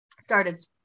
started